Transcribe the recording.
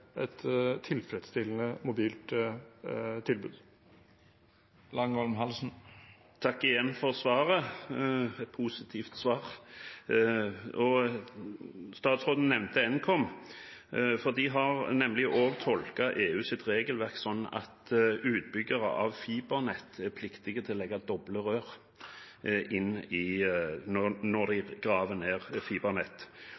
et tilfredsstillende mobilt tilbud. Takk igjen for svaret – et positivt svar. Statsråden nevnte Nkom, de har nemlig også tolket EUs regelverk sånn at utbyggere av fibernett er pliktige til å legge doble rør